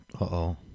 Uh-oh